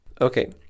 okay